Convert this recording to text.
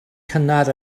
cynnar